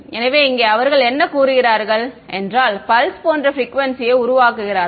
எனவே இங்கே அவர்கள் என்ன கூறுகிறார்கள் என்றால் பல்ஸ் போன்ற ப்ரிக்குவேன்சியை உருவாக்குகிறார்கள்